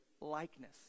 Likeness